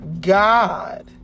God